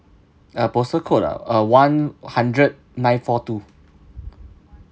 uh postal code ah uh one hundred nine four two